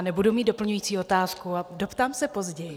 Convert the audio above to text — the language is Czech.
Nebudu mít doplňující otázku a doptám se později.